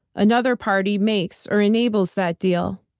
another party makes or enables that deal.